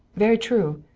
very true.